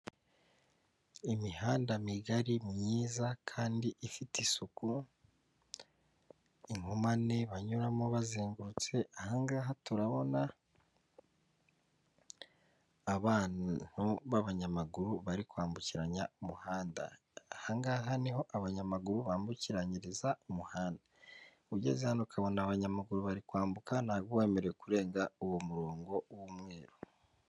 Imihanda migari myiza kandi ifite isuku, inkomane banyuramo bazengurutse, aha ngaha turabona abantu b'abanyamaguru bari kwambukiranya umuhanda, aha ngaha niho abanyamaguru bambukiranyiriza umuhanda, ugeze hano ukabona abanyamaguru bari kwambuka ntabwo uba wemere kurenga uwo murongo w'umweru.